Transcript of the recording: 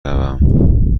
روم